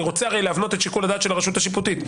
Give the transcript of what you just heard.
אני רוצה הרי להבנות את שיקול הדעת של הרשות השיפוטית.